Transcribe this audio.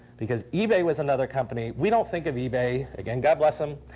because ebay was another company. we don't think of ebay, again, god bless them,